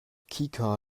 kika